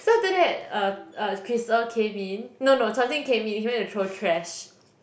so after that uh uh Crystal came in no no Quan-Qing came in he went to throw trash